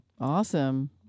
Awesome